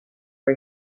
for